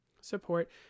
Support